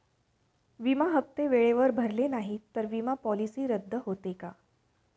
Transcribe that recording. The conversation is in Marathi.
विमा हप्ते वेळेवर भरले नाहीत, तर विमा पॉलिसी रद्द होते का?